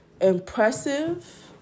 impressive